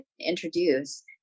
introduce